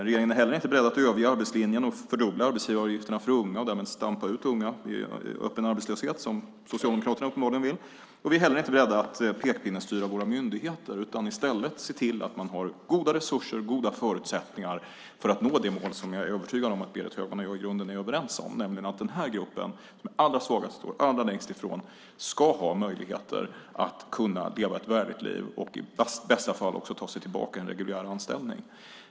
Regeringen är inte heller beredd att överge arbetslinjen och fördubbla arbetsgivaravgifterna för unga och därmed stampa ut unga i öppen arbetslöshet som Socialdemokraterna uppenbarligen vill. Vi är heller inte beredda att pekpinnestyra våra myndigheter utan vill i stället se till att de har goda resurser, goda förutsättningar att nå de mål som jag är övertygad om att Berit Högman och jag i grunden är överens om, nämligen att den här gruppen, den allra svagaste som står allra längst ifrån arbetsmarknaden, ska ha möjligheter att leva ett värdigt liv och i bästa fall också ta sig tillbaka till en reguljär anställning.